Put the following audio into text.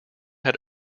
had